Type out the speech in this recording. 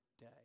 day